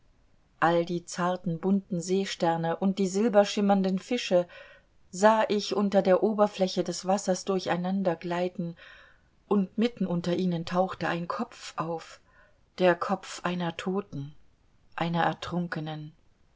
all die zarten bunten seesterne und die silberschimmernden fische sah ich unter der oberfläche des wassers durcheinander gleiten und mitten unter ihnen tauchte ein kopf auf der kopf einer toten einer ertrunkenen